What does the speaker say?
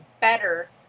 better